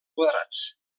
quadrats